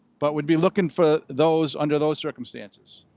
but we'd be looking for those under those circumstances.